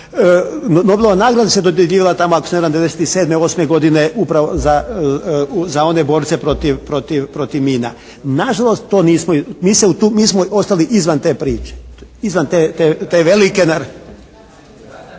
Nobelova nagrada se dodjeljivala tamo ako se ne varam 1997., 1998. godine upravo za one borce protiv mina. Nažalost to nismo, mi se u tu, mi smo ostali izvan te priče. Izvan te velike …